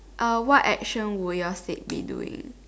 uh what action would your statue be doing